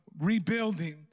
rebuilding